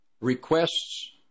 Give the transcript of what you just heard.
requests